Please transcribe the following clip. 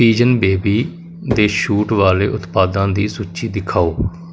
pigeon baby ਦੇ ਛੂਟ ਵਾਲੇ ਉਤਪਾਦਾਂ ਦੀ ਸੂਚੀ ਦਿਖਾਓ